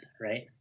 right